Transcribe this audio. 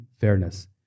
fairness